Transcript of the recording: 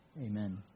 Amen